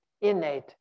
innate